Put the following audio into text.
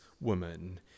woman